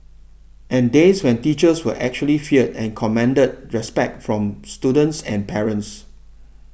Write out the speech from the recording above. and days when teachers were actually feared and commanded respect from students and parents